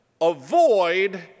avoid